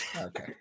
Okay